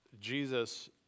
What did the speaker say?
Jesus